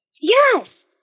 Yes